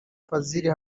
fazil